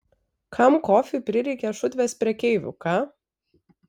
kam kofiui prireikė šutvės prekeivių ką